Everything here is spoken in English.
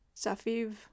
Safiv